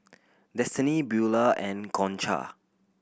Destini Beaulah and Concha